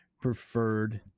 preferred